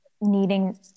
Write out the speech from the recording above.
needing